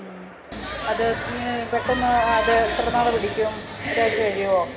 അത് പെട്ടെന്ന് അത് എത്രനാൾ പിടിക്കും ഒരു ആഴ്ച്ച കഴിയോ